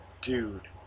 Dude